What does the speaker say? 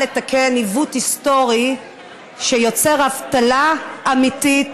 לתקן עיוות היסטורי שיוצר אבטלה אמיתית,